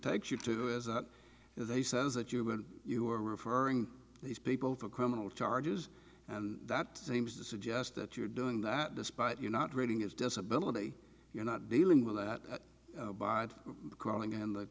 takes you through is that they says that you and you are referring these people for criminal charges and that seems to suggest that you're doing that despite you not reading his disability you're not dealing with that by calling in the